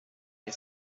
les